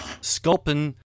sculpin